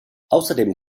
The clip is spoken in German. außerdem